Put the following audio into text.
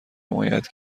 حمایت